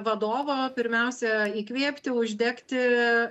vadovo pirmiausia įkvėpti uždegti